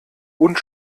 und